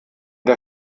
der